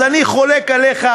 אז אני חולק עליך,